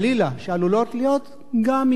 שעלולות להיות גם ממעשה שכזה.